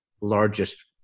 largest